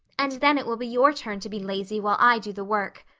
and then it will be your turn to be lazy while i do the work.